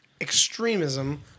extremism